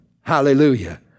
Hallelujah